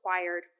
required